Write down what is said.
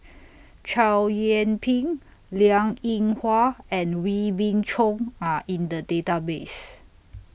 Chow Yian Ping Liang Eng Hwa and Wee Beng Chong Are in The Database